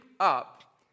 up